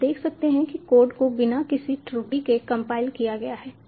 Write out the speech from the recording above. आप देख सकते हैं कि कोड को बिना किसी त्रुटि के कंपाइल किया गया है